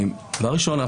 ראשית,